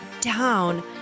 down